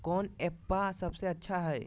कौन एप्पबा सबसे अच्छा हय?